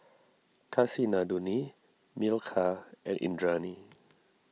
Kasinadhuni Milkha and Indranee